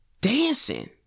dancing